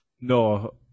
No